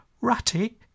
Ratty